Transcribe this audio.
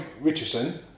Richardson